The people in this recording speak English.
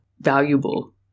valuable